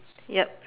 yup